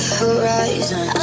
horizon